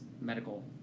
medical